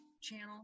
channel